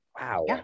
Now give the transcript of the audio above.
Wow